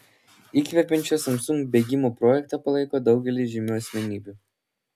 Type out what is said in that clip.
įkvepiančio samsung bėgimo projektą palaiko daugelis žymių asmenybių